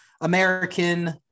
american